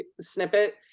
snippet